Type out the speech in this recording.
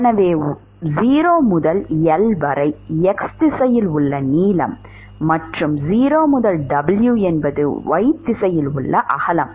எனவே 0 முதல் L வரை x திசையில் உள்ள நீளம் மற்றும் 0 முதல் W என்பது y திசையில் உள்ள அகலம்